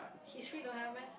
history don't have meh